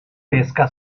pesca